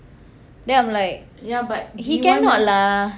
then I'm like he cannot lah